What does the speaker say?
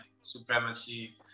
supremacy